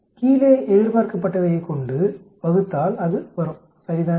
கீழே எதிர்பார்க்கப்பட்டவையைக் கொண்டு வகுத்தால் அது வரும் சரிதானே